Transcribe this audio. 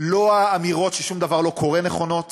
לא האמירות ששום דבר לא קורה נכונות